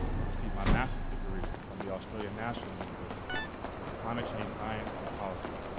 i received my master's degree from the australian national university in climate change science and policy.